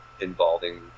involving